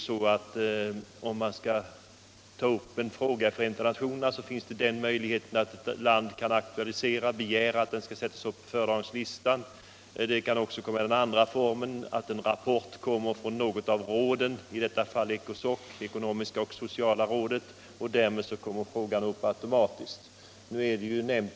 Om ett land vill ta upp en fråga i Förenta nationerna, kan man begära att den skall sättas upp på föredragningslistan. En fråga kan också tas upp genom att en rapport avges från något av råden — i detta fall ECOSOC, det ekonomiska och sociala rådet. Därmed kommer frågan upp automatiskt.